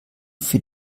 für